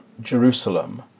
Jerusalem